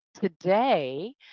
today